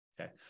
okay